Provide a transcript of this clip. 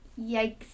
Yikes